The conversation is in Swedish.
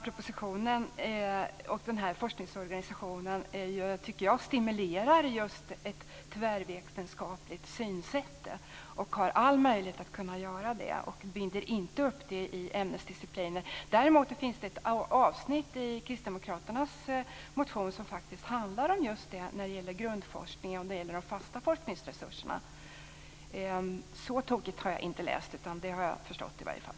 Propositionen och den här forskningsorganisationen stimulerar ju, tycker jag, just ett tvärvetenskapligt synsätt och har all möjlighet att göra det. Den binder inte upp det i ämnesdiscipliner. Däremot finns det ett avsnitt i Kristdemokraternas motion som handlar om just detta när det gäller grundforskning och de fasta forskningsresurserna. Så tokigt har jag inte läst, utan det har jag förstått i alla fall.